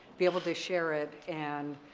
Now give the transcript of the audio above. be able to share it, and